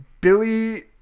Billy